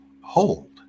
hold